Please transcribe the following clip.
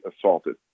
assaulted